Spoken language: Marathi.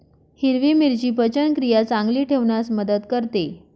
हिरवी मिरची पचनक्रिया चांगली ठेवण्यास मदत करते